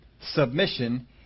Submission